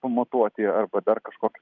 pamatuoti arba dar kažkokį